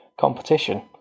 competition